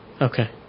Okay